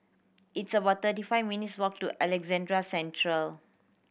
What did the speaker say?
it's about thirty five minutes walk to Alexandra Central